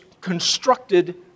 constructed